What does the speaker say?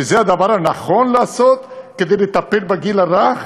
שזה הדבר הנכון לעשות כדי לטפל בגיל הרך?